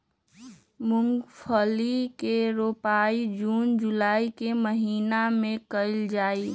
मूंगफली के रोपाई जून जुलाई के महीना में कइल जाहई